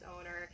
owner